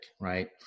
right